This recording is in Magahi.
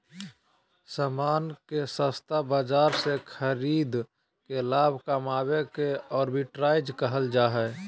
सामान के सस्ता बाजार से खरीद के लाभ कमावे के आर्बिट्राज कहल जा हय